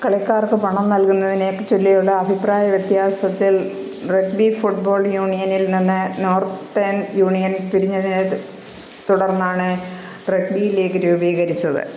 കളിക്കാർക്ക് പണം നൽകുന്നതിനെച്ചൊല്ലിയുള്ള അഭിപ്രായവ്യത്യാസത്തിൽ റഗ്ബി ഫുട്ബോൾ യൂണിയനിൽ നിന്ന് നോർത്തേൺ യൂണിയൻ പിരിഞ്ഞതിനെ തുടർന്നാണ് റഗ്ബി ലീഗ് രൂപീകരിച്ചത്